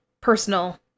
personal